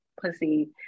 pussy